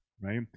right